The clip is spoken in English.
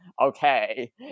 okay